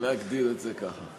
להגדיר את זה כך.